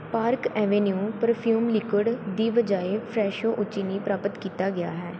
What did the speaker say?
park Avenue perfume liquid ਦੀ ਬਜਾਏ ਫਰੈਸ਼ੋ ਉਚੀਨੀ ਪ੍ਰਾਪਤ ਕੀਤਾ ਗਿਆ ਹੈ